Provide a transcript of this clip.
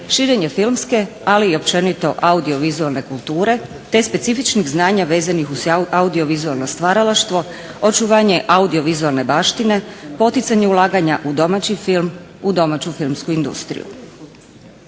širenje filmske ali i općenito audiovizualne kulture te specifičnih znanja vezanih uz audiovizualno stvaralaštvo, očuvanje audiovizualne baštine, poticanje ulaganja u domaći film, u domaću filmsku industriju.